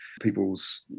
people's